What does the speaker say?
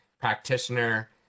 practitioner